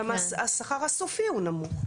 וגם השכר הסופי הוא נמוך.